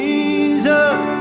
Jesus